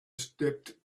stepped